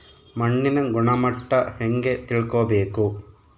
ಮಣ್ಣಿನ ಗುಣಮಟ್ಟ ಹೆಂಗೆ ತಿಳ್ಕೊಬೇಕು?